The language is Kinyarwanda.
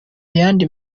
yandi